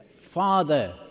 father